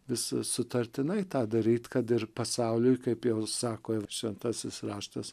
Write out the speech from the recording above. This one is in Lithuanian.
visi sutartinai tą daryt kad ir pasauliui kaip sako ir šventasis raštas